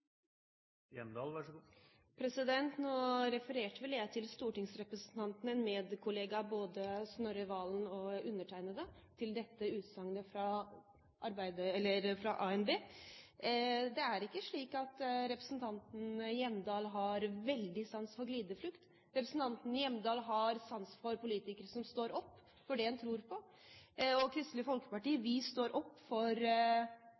Hjemdal har veldig sans for glideflukt. Representanten Hjemdal har sans for politikere som står opp for det en tror på – og Kristelig Folkeparti står opp for